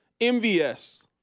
MVS